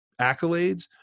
accolades